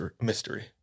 mystery